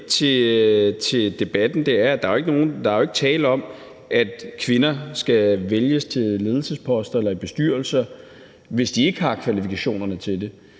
til debatten, er, at der jo ikke er tale om, at kvinder skal vælges til ledelsesposter eller bestyrelser, hvis de ikke har kvalifikationerne til det.